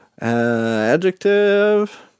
Adjective